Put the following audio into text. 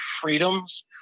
freedoms